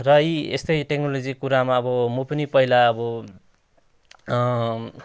र यी यस्तै टेक्नोलोजी कुरामा अब म पनि पहिला अब